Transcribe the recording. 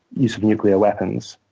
using nuclear weapons.